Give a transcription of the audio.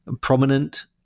prominent